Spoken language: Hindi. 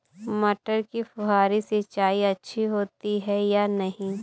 मटर में फुहरी सिंचाई अच्छी होती है या नहीं?